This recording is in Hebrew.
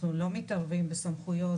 אנחנו לא מתערבים בסמכויות,